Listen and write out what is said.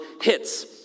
hits